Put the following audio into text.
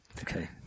Okay